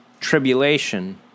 tribulation